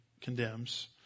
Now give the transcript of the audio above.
condemns